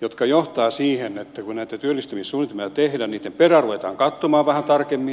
jotka johtavat siihen että kun näitä työllistymissuunnitelmia tehdään niitten perään ruvetaan katsomaan vähän tarkemmin